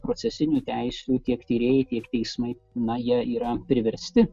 procesinių teisių tiek tyrėjai tiek teismai na jie yra priversti